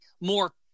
more